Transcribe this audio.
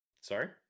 Sorry